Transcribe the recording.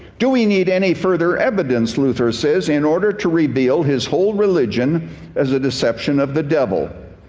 do we need any further evidence, luther says, in order to reveal his whole religion as a deception of the devil?